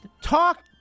talk